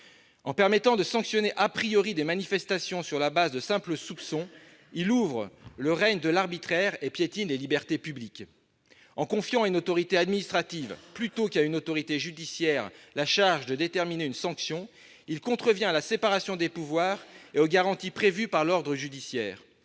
En permettant de sanctionner des manifestants sur la base de simples soupçons, il ouvre le règne de l'arbitraire et piétine les libertés publiques. En confiant à une autorité administrative plutôt qu'à une autorité judiciaire la charge de déterminer une sanction, il contrevient à la séparation des pouvoirs et aux garanties apportées par l'ordre judiciaire.